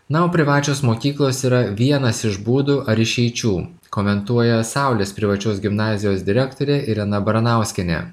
na o privačios mokyklos yra vienas iš būdų ar išeičių komentuoja saulės privačios gimnazijos direktorė irena baranauskienė